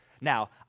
Now